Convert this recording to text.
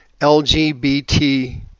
LGBT